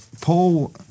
Paul